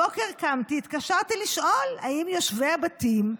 הבוקר קמתי, התקשרתי לשאול אם יושבי הבתים,